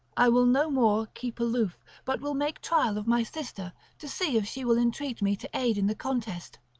i will no more keep aloof but will make trial of my sister to see if she will entreat me to aid in the contest,